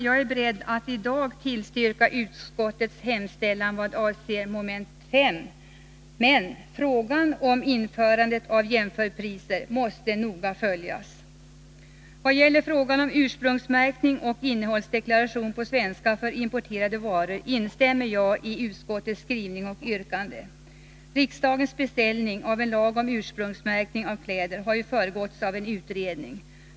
Jag är beredd att i dag tillstyrka utskottets hemställan vad avser mom. 5. Men frågan om införandet av jämförpriser måste noga följas. Vad gäller frågan om ursprungsmärkning och innehållsdeklaration på svenska för importerade varor instämmer jag i utskottets skrivning och yrkande. Riksdagens beställning av en lag om ursprungsmärkning av kläder har ju föregåtts av en utredning.